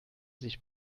sich